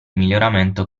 miglioramento